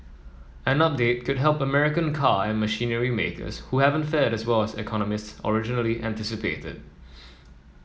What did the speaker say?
an update could help American car and machinery makers who haven't fared as well as economists originally anticipated